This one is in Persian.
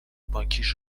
بانکیش